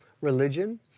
religion